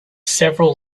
several